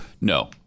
no